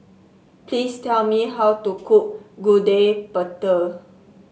please tell me how to cook Gudeg Putih